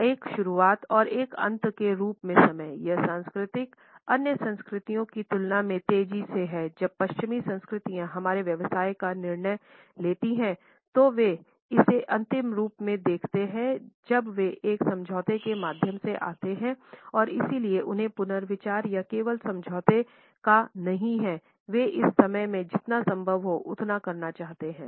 एक शुरुआत और एक अंत के रूप में समय यह संस्कृति अन्य संस्कृतियों की तुलना में तेजी से है जब पश्चिमी संस्कृतियाँ हमारे व्यवसाय का निर्णय लेती हैं तो वे इसे अंतिम रूप में देखते हैं जब वे एक समझौते के माध्यम से आते हैं और इसलिए उन्हें पुनर्विचार या केवल समझौते का नहीं है वे उस समय में जितना संभव हो उतना करना चाहते हैं